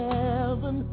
heaven